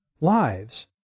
lives